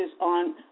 on